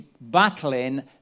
battling